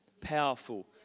powerful